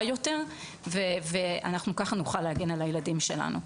יותר ואנחנו ככה נוכל להגן על הילדים שלנו.